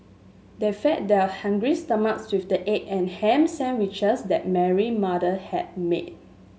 they fed their hungry stomachs with the egg and ham sandwiches that Mary mother had made